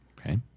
Okay